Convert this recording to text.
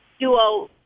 duo